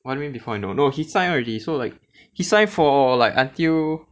one day before you know no he sign on already so like he signed for like until